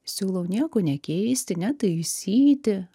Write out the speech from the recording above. siūlau nieko nekeisti netaisyti